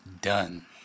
done